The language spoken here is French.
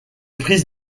prises